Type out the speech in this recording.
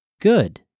good